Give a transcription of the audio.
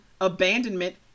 abandonment